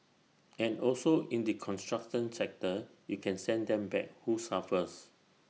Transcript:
and also in the construction sector you can send them back who suffers